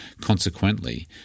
Consequently